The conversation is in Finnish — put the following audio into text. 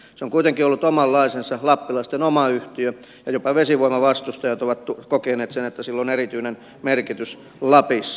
se on kuitenkin ollut omanlaisensa lappilaisten oma yhtiö ja jopa vesivoiman vastustajat ovat kokeneet että sillä on erityinen merkitys lapissa